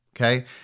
Okay